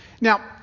Now